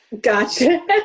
Gotcha